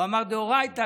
הוא אמר: דאורייתא,